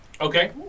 Okay